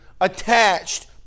attached